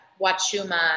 wachuma